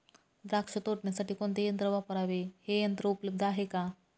द्राक्ष तोडण्यासाठी कोणते यंत्र वापरावे? हे यंत्र उपलब्ध आहे का?